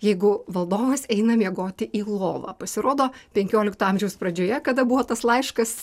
jeigu valdovas eina miegoti į lovą pasirodo penkiolikto amžiaus pradžioje kada buvo tas laiškas